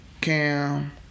Cam